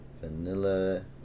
vanilla